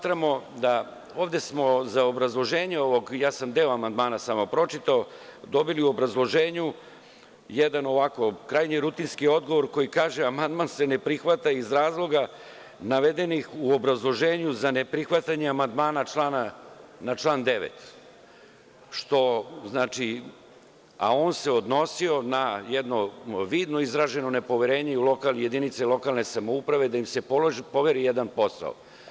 Pročitao sam samo deo ovog amandmana, ovde smo za dobili u obrazloženju jedan ovako krajnje rutinski odgovor koji kaže – amandman se ne prihvata iz razloga navedenih u obrazloženju za neprihvatanje amandmana na član 9. a on se odnosio na jedno vidno izraženo nepoverenje u jedinice lokalne samouprave da im se poveri jedan posao.